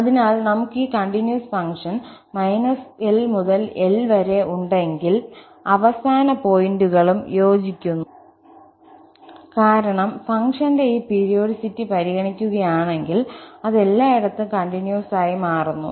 അതിനാൽ നമുക്ക് ഈ കണ്ടിന്യൂസ് ഫംഗ്ഷൻ L മുതൽ L വരെ ഉണ്ടെങ്കിൽ അവസാന പോയിന്റുകളും യോജിക്കുന്നു കാരണം ഫംഗ്ഷന്റെ ഈ പീരിയോഡിസിറ്റി പരിഗണിക്കുകയാണെങ്കിൽ അത് എല്ലായിടത്തും കണ്ടിന്യൂസ് ആയി മാറുന്നു